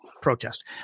protest